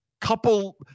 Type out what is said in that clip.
couple